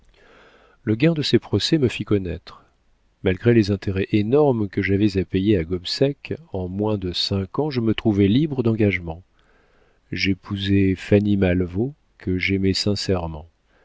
le gain de ces procès me fit connaître malgré les intérêts énormes que j'avais à payer à gobseck en moins de cinq ans je me trouvai libre d'engagements j'épousai fanny malvaut que j'aimais sincèrement